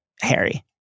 Harry